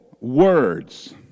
words